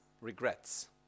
regrets